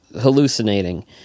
hallucinating